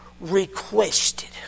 requested